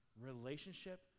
relationship